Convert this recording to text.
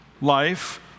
life